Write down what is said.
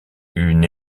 une